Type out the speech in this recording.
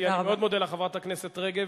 אני מאוד מודה לך, חברת הכנסת רגב.